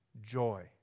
joy